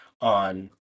on